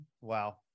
wow